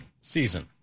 season